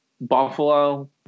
Buffalo